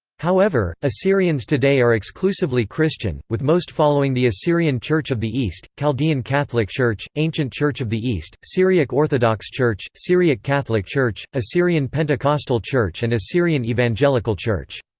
however, assyrians today are exclusively christian, with most following the assyrian church of the east, chaldean catholic church, ancient church of the east, syriac orthodox church, syriac catholic church, assyrian pentecostal church and assyrian evangelical church.